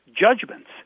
judgments